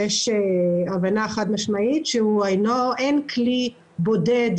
יש הבנה חד-משמעית שאין כלי טכנולוגי בודד